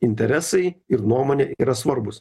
interesai ir nuomonė yra svarbūs